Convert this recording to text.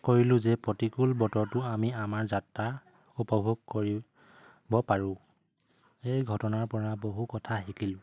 কৰিলোঁ যে প্ৰতিকূল বতৰটো আমি আমাৰ যাত্ৰা উপভোগ কৰিব পাৰোঁ এই ঘটনাৰ পৰা বহু কথা শিকিলোঁ